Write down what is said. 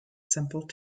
simple